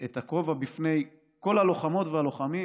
מוריד את הכובע בפני כל הלוחמות והלוחמים